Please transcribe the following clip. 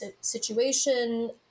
situation